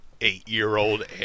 eight-year-old